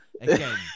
again